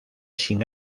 sin